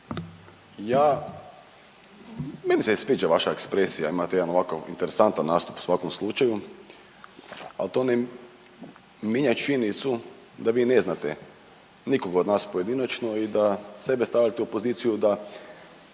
ja, meni se i sviđa vaša ekspresija. Imate jedan ovako interesantan nastup u svakom slučaju, ali to ne mijenja činjenicu da vi ne znate nikoga od nas pojedinačno i da sebe stavljate u poziciju da